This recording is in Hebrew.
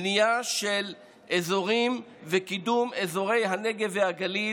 בנייה של אזורים וקידום אזורי הנגב והגליל.